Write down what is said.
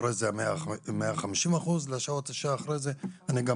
אחרי זה 150%. אני גם